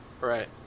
Right